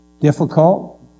difficult